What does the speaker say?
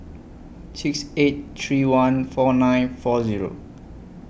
six eight three one four nine four Zero